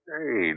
Hey